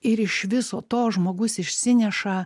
ir iš viso to žmogus išsineša